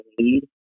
need